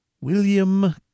William